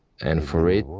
and for it.